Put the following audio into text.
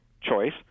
choice